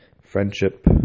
friendship